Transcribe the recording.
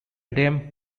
dame